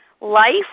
Life